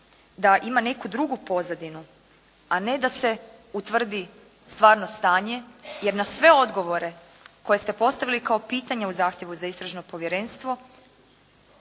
da ima neku drugu pozadinu a ne da se utvrdi stvarno stanje jer na sve odgovore koja ste postavili kao pitanje u zahtjevu za istražno povjerenstvo